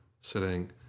sitting